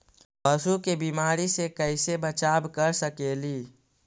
पशु के बीमारी से कैसे बचाब कर सेकेली?